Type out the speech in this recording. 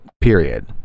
period